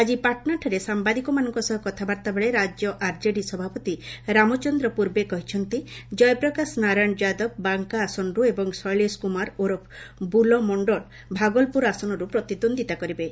ଆଜି ପାଟନାଠାରେ ସାମ୍ଭାଦିକମାନଙ୍କ ସହ କଥାବାର୍ତ୍ତାବେଳେ ରାଜ୍ୟ ଆରଜେଡି ସଭାପତି ରାମଚନ୍ଦ୍ର ପୂର୍ବେ କହିଛନ୍ତି କୟପ୍ରକାଶ ନାରାୟଣ ଯାଦବ ବାଙ୍କା ଆସନରୁ ଏବଂ ଶୈଳେଶ କୁମାର ଓରଫ ବୁଲୋ ମଣ୍ଡଳ ଭାଗଲପୁର ଆସନରୁ ପ୍ରତିଦ୍ୱନ୍ଦିତା କରିବେ